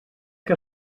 que